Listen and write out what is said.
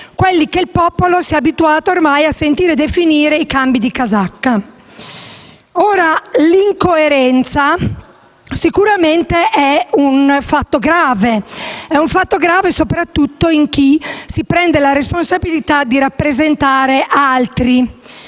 quelli che il popolo si è abituato ormai a sentir definire come cambi di casacca. L'incoerenza, sicuramente, è un fatto grave, soprattutto in chi si prende la responsabilità di rappresentare altri.